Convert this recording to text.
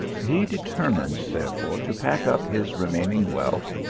he determined, therefore, to pack up his remaining wealth,